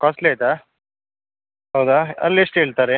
costly ಆಯ್ತಾ ಹೌದಾ ಅಲ್ಲಿ ಎಷ್ಟು ಹೇಳ್ತಾರೆ